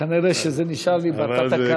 כנראה זה נשאר לי בתת-ההכרה.